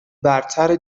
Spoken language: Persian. برتر